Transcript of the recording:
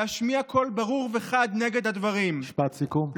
להשמיע קול ברור וחד נגד הדברים, משפט סיכום.